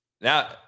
Now